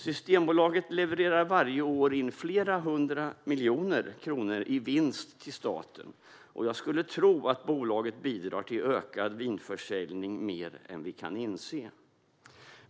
Systembolaget levererar varje år in flera hundra miljoner kronor i vinst till staten. Jag skulle tro att bolaget bidrar till ökad vinförsäljning mer än vi kan inse.